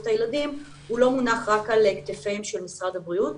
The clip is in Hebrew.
הילדים לא מונח רק על כתפיהם של משרד הבריאות,